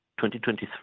2023